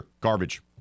garbage